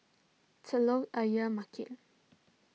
Telok Ayer Market